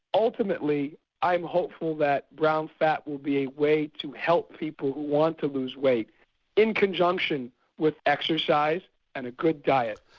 ultimately i'm hopeful that brown fat would be a way to help people who want to lose weight in conjunction with exercise and a good diet.